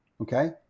okay